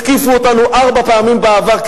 התקיפו אותנו ארבע פעמים בעבר,